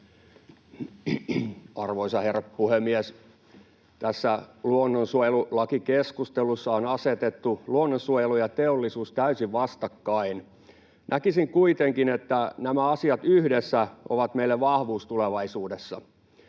Arvoisa herra puhemies! Tässä luonnonsuojelulakikeskustelussa on asetettu luonnonsuojelu ja teollisuus täysin vastakkain. Näkisin kuitenkin, että nämä asiat yhdessä ovat meille vahvuus tulevaisuudessa.